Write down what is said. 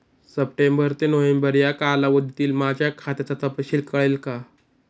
September ते November या कालावधीतील माझ्या खात्याचा तपशील कळेल का?